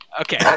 Okay